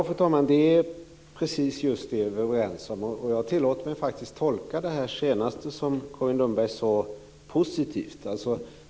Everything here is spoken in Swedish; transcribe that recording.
Fru talman! Det är precis det vi är överens om. Jag tillåter mig att tolka det senaste Carin Lundberg sade positivt.